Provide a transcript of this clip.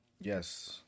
Yes